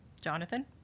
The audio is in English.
Jonathan